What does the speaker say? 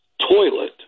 toilet